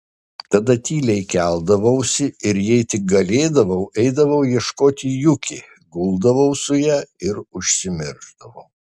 tada tyliai keldavausi ir jei tik galėdavau eidavau ieškoti juki guldavau su ja ir užsimiršdavau